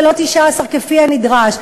ולא 19 כפי הנדרש.